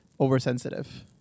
oversensitive